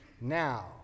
now